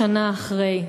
20 שנה אחרי,